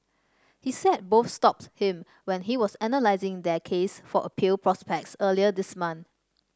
he said both stopped him when he was analysing their case for appeal prospects earlier this month